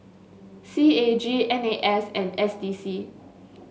C A G N A and S D C